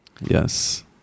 Yes